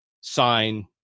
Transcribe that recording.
sign